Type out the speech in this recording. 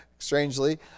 Strangely